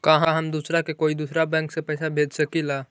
का हम दूसरा के कोई दुसरा बैंक से पैसा भेज सकिला?